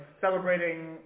celebrating